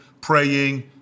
praying